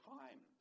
time